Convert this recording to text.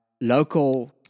Local